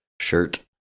shirt